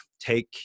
take